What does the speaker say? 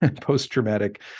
post-traumatic